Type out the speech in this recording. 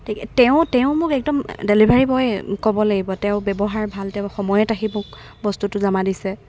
ঠিক তেওঁ তেওঁ মোক একদম ডেলিভাৰী বয় ক'ব লাগিব তেওঁৰ ব্যৱহাৰ ভাল তেওঁ সময়ত আহি মোক বস্তুটো জমা দিছে